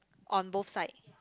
on both side